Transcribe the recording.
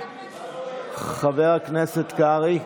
חבר הכנסת קרעי,